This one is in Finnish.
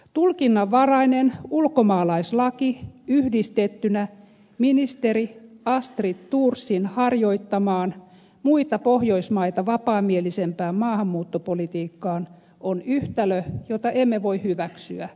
tulkinnanvarainen ulkomaalaislaki yhdistettynä ministeri astrid thorsin harjoittamaan muita pohjoismaita vapaamielisempään maahanmuuttopolitiikkaan on yhtälö jota emme voi hyväksyä